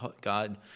God